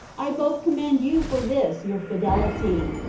i both commend you for this your fidelity,